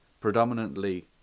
predominantly